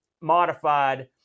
modified